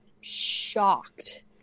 shocked